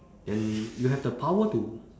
and you have the power to